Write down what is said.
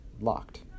Locked